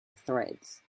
threads